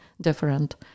different